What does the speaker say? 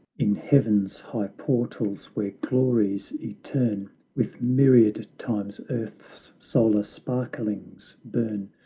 in heaven's high portals, where glories eterne with myriad-times earth's solar sparklings burn,